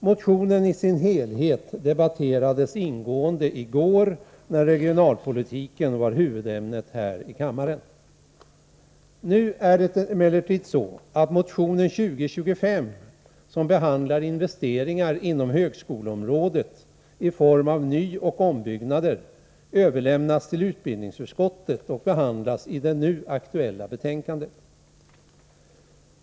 Motionen i sin helhet debatterades ingående i går, när regionalpolitiken var huvudämnet här i kammaren. Nu har emellertid motionen 2025, som rör investeringar inom högskoleområdet i form av nyoch ombyggnader, överlämnats till utbildningsutskottet och behandlas i det nu aktuella betänkandet.